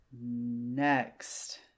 Next